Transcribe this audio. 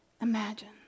imagine